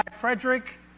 Frederick